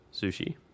Sushi